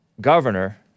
governor